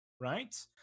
right